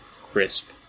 crisp